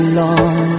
long